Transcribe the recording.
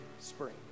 spring